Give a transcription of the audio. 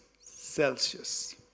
Celsius